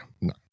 no